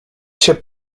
się